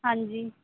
ਹਾਂਜੀ